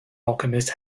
alchemist